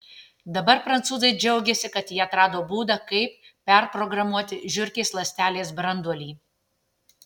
dabar prancūzai džiaugiasi kad jie atrado būdą kaip perprogramuoti žiurkės ląstelės branduolį